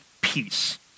peace